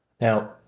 Now